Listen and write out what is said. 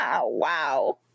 Wow